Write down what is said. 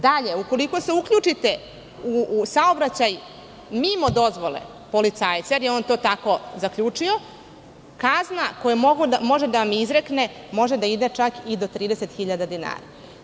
Dalje, ukoliko se uključite u saobraćaj mimo dozvole policajca, jer je on to tako zaključio, kazna koju može da vam izrekne može da ide čak i do 30 hiljada dinara.